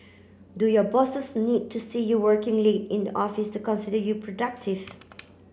do your bosses need to see you working late in the office to consider you productive